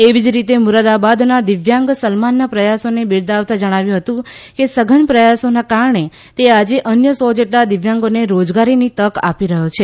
એવી જ રીતે મુરાદાબાદના દિવ્યાંગ સલમાનના પ્રયાસોને બિરદાવતા જણાવ્યું હતું કે સઘન પ્રયાસોના કારણે તે આજે અન્ય સો જેટલા દિવ્યાંગોને રોજગારીની તક આપી રહ્યો છે